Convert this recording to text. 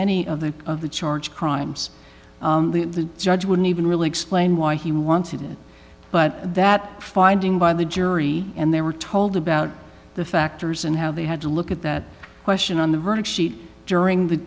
any of the of the charge crimes the judge wouldn't even really explain why he wanted it but that finding by the jury and they were told about the fact years and how they had to look at that question on the verdict sheet during the